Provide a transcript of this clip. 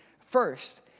first